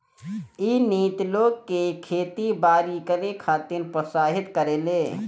इ नीति लोग के खेती बारी करे खातिर प्रोत्साहित करेले